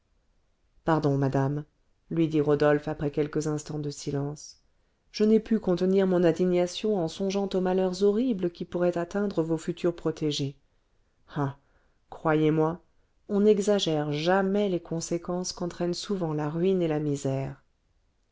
pardon madame lui dit rodolphe après quelques instants de silence je n'ai pu contenir mon indignation en songeant aux malheurs horribles qui pourraient atteindre vos futures protégées ah croyez-moi on n'exagère jamais les conséquences qu'entraînent souvent la ruine et la misère